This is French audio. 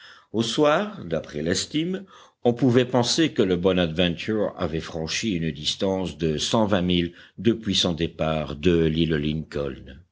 au soir d'après l'estime on pouvait penser que le bonadventure avait franchi une distance de cent vingt milles depuis son départ de l'île lincoln